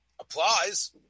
applies